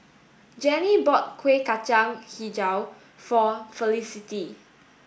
Gennie bought Kueh Kacang Hijau for Felicity